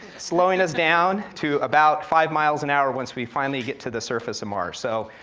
slowing us down to about five miles an hour, once we finally get to the surface of mars. so,